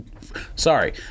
Sorry